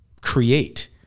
create